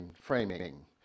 framing